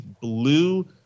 blue –